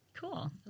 Cool